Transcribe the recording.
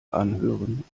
anhören